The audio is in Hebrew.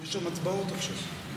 יש שם הצבעות עכשיו.